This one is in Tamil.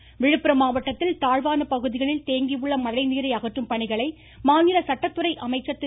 சண்முகம் விழுப்புரம் மாவட்டத்தில் தாழ்வான பகுதிகளில் தேங்கியுள்ள மழை நீரை அகற்றும் பணிகளை மாநில சட்டத்துறை அமைச்சர் திரு